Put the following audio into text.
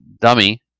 dummy